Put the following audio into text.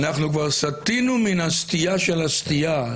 אנחנו כבר סטינו מן הסטייה של הסטייה.